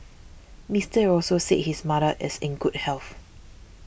Mister Also said his mother is in good health